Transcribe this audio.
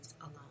alone